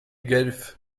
guelfes